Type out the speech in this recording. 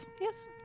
yes